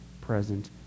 present